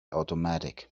automatic